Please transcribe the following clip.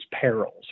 perils